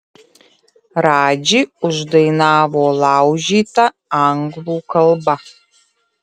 radži uždainavo laužyta anglų kalba